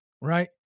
right